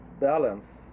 balance